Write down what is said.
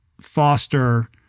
foster